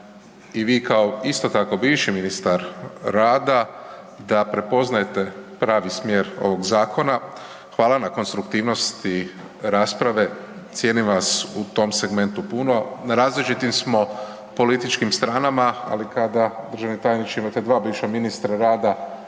i vi kao isto tako bivši ministar rada da prepoznajte pravi smjer ovog zakona. Hvala na konstruktivnosti rasprave, cijenim vas u tom segmentu puno. Na različitim smo političkim stranama, ali kada državni tajniče imate dva bivša ministra rada